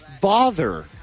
bother